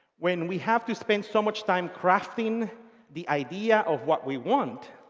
when we have to spend so much time crafting the idea of what we want,